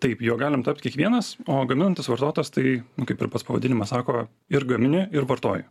taip juo galim tapt kiekvienas o gaminantis vartotojas tai kaip ir pats pavadinimas sako ir gamini ir vartoji